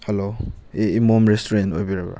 hello ꯏꯃꯣꯝ restaurant ꯑꯣꯏꯕꯤꯔꯕ꯭ꯔꯥ